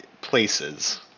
places